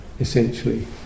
essentially